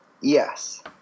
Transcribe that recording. Yes